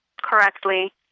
correctly